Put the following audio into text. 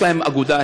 יש להם אגודה,